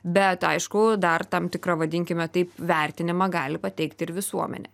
bet aišku dar tam tikra vadinkime taip vertinimą gali pateikti ir visuomenė